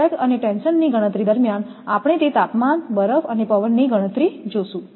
sag અને tension ની ગણતરી દરમિયાન આપણે તે તાપમાન બરફ અને પવનની ગણતરી જોશું